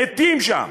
מתים שם,